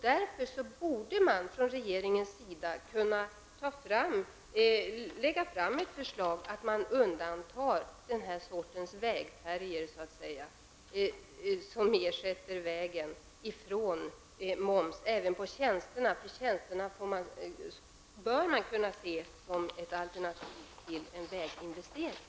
Därför borde regeringen kunna lägga fram ett förslag om att undanta färjor av det här slaget, färjor som så att säga ersätter vägen, från beslutet om moms även på tjänster -- de tjänsterna bör kunna ses som ett alternativ till en väginvestering.